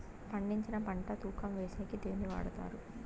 పండించిన పంట తూకం వేసేకి దేన్ని వాడతారు?